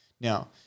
now